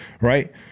right